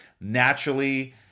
Naturally